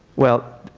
well,